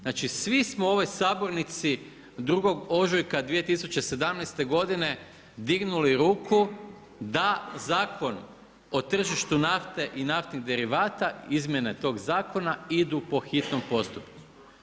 Znači svi smo u ovoj sabornici 2. ožujka 2017. godine dignuli ruku da Zakon o tržištu nafte i naftnih derivata izmjene tog zakona idu po hitnom postupku.